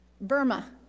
Burma